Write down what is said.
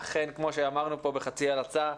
אכן, כמו שאמרנו פה בחצי הלצה,